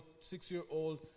six-year-old